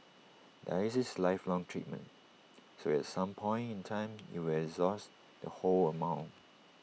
dialysis is A lifelong treatment so at some point in time you will exhaust the whole amount